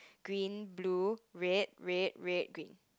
green blue red red red green